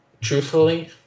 truthfully